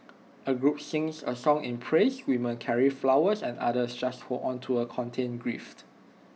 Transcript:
A group sings A song in praise women carry flowers and others just hold on to A contained grief